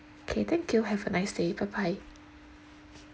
okay thank you have a nice day bye bye